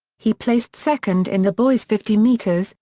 he placed second in the boys' fifty meters,